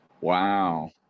Wow